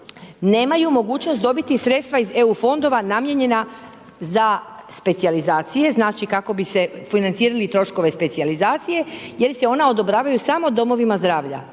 nemaju mogućnost dobiti sredstva iz EU fondova namijenjena za specijalizacije znači, kako bi financirali troškove specijalizacije jer se ona odobravaju samo domovima zdravlja.